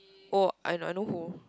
oh I I know who